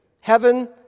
heaven